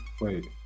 wait